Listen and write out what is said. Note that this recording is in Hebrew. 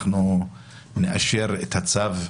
אנחנו נאשר את הצו,